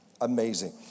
Amazing